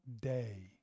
day